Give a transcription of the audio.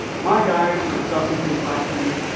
my guys in that self-contained classroom,